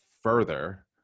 further